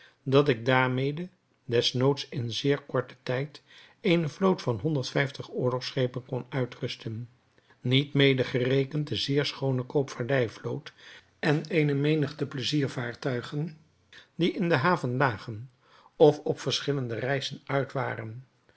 dat ik daarmede des noods in zeer korten tijd eene vloot van honderd vijftig oorlogschepen kon uitrusten niet mede gerekend de zeer schoone koopvaardij vloot en eene menigte pleizier vaartuigen die in de haven lagen of op verschillende reizen uit waren